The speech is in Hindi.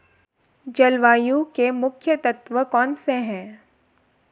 जलवायु के मुख्य तत्व कौनसे हैं?